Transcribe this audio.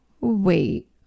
wait